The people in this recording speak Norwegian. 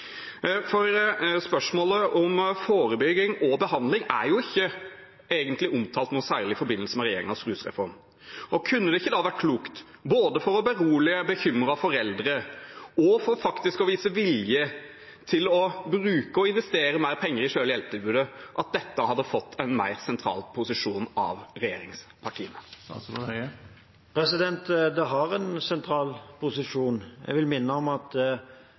Spørsmålet om forebygging og behandling er ikke egentlig omtalt noe særlig i forbindelse med regjeringens rusreform. Kunne det ikke vært klokt både for å berolige bekymrede foreldre og for faktisk å vise vilje til å bruke og investere mer penger i selve hjelpetilbudet, at dette hadde fått en mer sentral posisjon av regjeringspartiene? Det har en sentral posisjon. Jeg vil minne om at